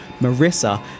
Marissa